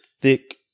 thick